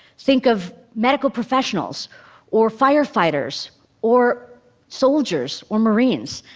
think of medical professionals or firefighters or soldiers or marines.